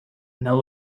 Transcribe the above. now